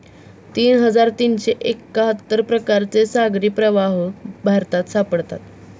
तीन हजार तीनशे एक्काहत्तर प्रकारचे सागरी प्रवाह भारतात सापडतात